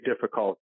difficult